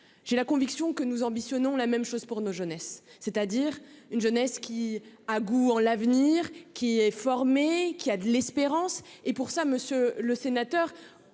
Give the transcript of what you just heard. j'ai la conviction que nous ambitionnons la même chose pour nos jeunesse. C'est-à-dire une jeunesse qui a goût en l'avenir qui est formé qui a de l'espérance et pour ça, monsieur le sénateur,